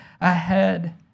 ahead